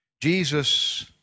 Jesus